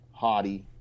Hottie